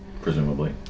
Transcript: Presumably